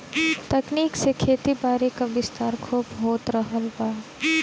तकनीक से खेतीबारी क विस्तार खूब हो रहल बा